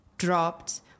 dropped